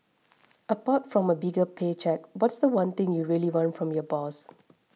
apart from a bigger pay cheque what's the one thing you really want from your boss